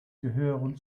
gehören